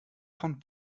von